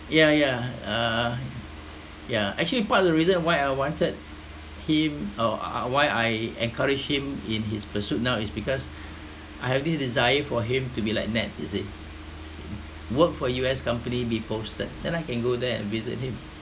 ya ya uh yeah actually part of the reason why I wanted him or uh why I encourage him in his pursuit now is because I have this desire for him to be like neds you see work for U_S company be posted then I can go there and visit him